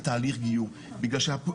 אגב,